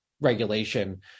regulation